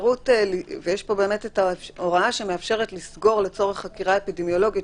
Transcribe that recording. ויש פה באמת את ההוראה שמאפשרת לסגור לצורך חקירה אפידמיולוגית,